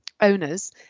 owners